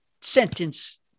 Sentence